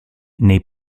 nei